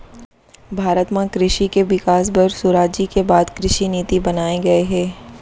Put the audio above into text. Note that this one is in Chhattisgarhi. भारत म कृसि के बिकास बर सुराजी के बाद कृसि नीति बनाए गये हे